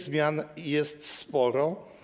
Zmian jest sporo.